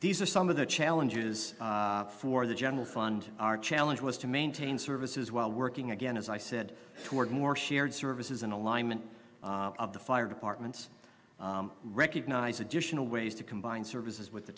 these are some of the challenges for the general fund our challenge was to maintain services while working again as i said to work more shared services and alignment of the fire departments recognize additional ways to combine services with the